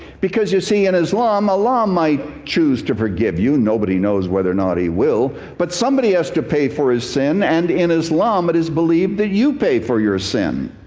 because you see in islam, allah might choose to forgive you, nobody knows whether or not he will, but somebody has to pay for his sin. and in islam, it is believed that you pay for your sin.